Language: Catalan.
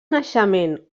naixement